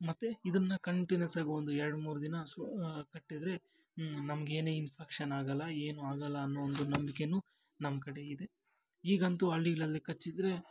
ಮತ್ತು ಇದನ್ನು ಕಂಟಿನ್ಯುಸ್ಸಾಗಿ ಒಂದು ಎರಡು ಮೂರು ದಿನ ಸು ಕಟ್ಟಿದರೆ ನಮಗೇನೇ ಇನ್ಫೆಕ್ಷನ್ ಆಗಲ್ಲ ಏನೂ ಆಗಲ್ಲ ಅನ್ನೋ ಒಂದು ನಂಬಿಕೆನು ನಮ್ಮ ಕಡೆ ಇದೆ ಈಗಂತೂ ಹಳ್ಳಿಗ್ಳಲ್ಲಿ ಕಚ್ಚಿದರೆ